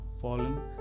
fallen